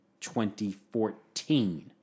2014